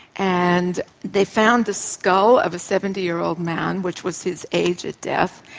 and they found the skull of a seventy year old man, which was his age at death,